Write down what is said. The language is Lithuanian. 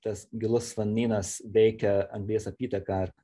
tas gilus vandenynas veikia anglies apytaką